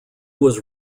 was